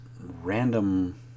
random